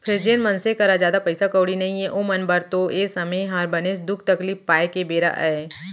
फेर जेन मनसे करा जादा पइसा कउड़ी नइये ओमन बर तो ए समे हर बनेच दुख तकलीफ पाए के बेरा अय